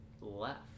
left